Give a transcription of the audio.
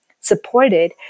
supported